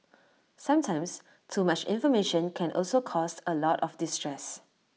sometimes too much information can also cause A lot of distress